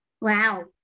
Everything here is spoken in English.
Wow